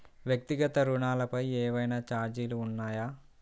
వ్యక్తిగత ఋణాలపై ఏవైనా ఛార్జీలు ఉన్నాయా?